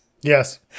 Yes